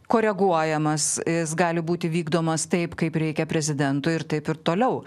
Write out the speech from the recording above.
koreguojamas jis gali būti vykdomas taip kaip reikia prezidentui ir taip ir toliau